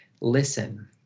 listen